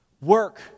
Work